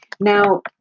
Now